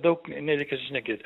daug nereikia ir šnekėti